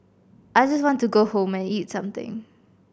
I just want to go home and eat something